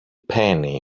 penny